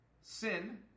sin